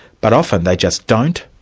but often they just don't,